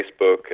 Facebook